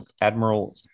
Admiral